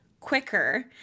quicker